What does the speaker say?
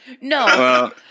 No